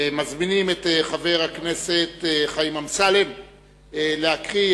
ומזמין את חבר הכנסת חיים אמסלם להקריא